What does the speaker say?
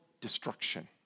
destruction